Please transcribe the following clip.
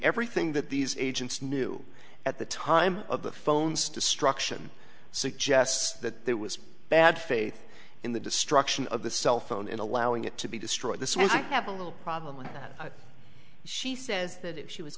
everything that these agents knew at the time of the phones destruction suggests that there was bad faith in the destruction of the cell phone in allowing it to be destroyed this will have a little problem when she says that if she was